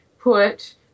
put